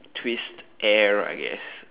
twist air I guess